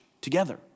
together